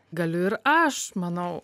galiu ir aš manau